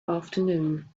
afternoon